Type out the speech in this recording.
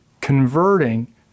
converting